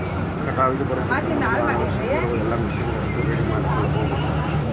ಕಟಾವಿಗೆ ಬರುಕಿಂತ ಮದ್ಲ ಅವಶ್ಯಕ ಇರು ಎಲ್ಲಾ ಮಿಷನ್ ವಸ್ತು ರೆಡಿ ಮಾಡ್ಕೊಳುದ